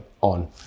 on